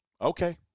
okay